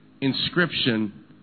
Inscription